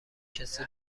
کسی